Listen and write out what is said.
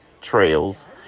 trails